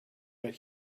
but